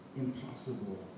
impossible